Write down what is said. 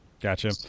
Gotcha